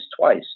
twice